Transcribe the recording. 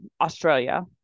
Australia